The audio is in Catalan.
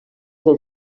del